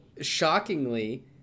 shockingly